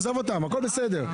עזוב אותם, הכול בסדר.